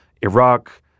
Iraq